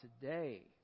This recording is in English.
today